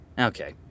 Okay